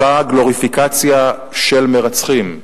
אותה גלוריפיקציה של מרצחים,